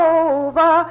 over